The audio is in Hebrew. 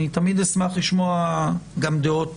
אני תמיד אשמח לשמוע גם דעות